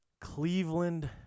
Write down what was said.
Cleveland